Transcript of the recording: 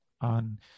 on